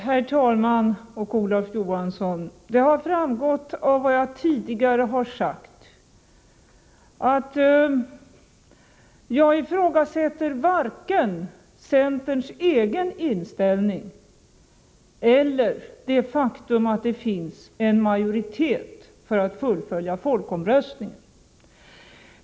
Herr talman! Nej, Olof Johansson, det har framgått av vad jag tidigare har sagt att jag inte ifrågasätter vare sig centerns egen inställning eller det faktum att det finns en majoritet för att fullfölja folkomröstningsresultatet.